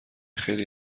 خیلی